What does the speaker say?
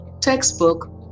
textbook